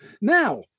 Now